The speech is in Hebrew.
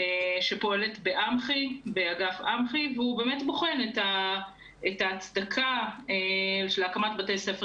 שפועלת באגף אמח"י והוא באמת בוחן את ההצדקה להקמת בתי ספר